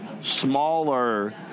smaller